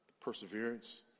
perseverance